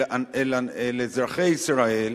אל אזרחי ישראל,